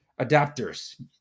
adapters